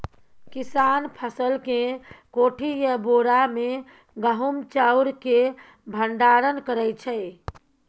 किसान फसल केँ कोठी या बोरा मे गहुम चाउर केँ भंडारण करै छै